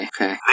Okay